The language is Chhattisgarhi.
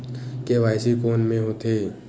के.वाई.सी कोन में होथे?